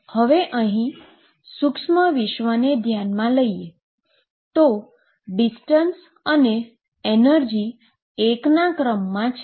હવે અહીં સુક્ષ્મ વિશ્વને જો ધ્યાને લઈએ તો ડીસ્ટન્સ અને એનર્જી 1 ના ક્રમમાં છે